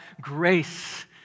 grace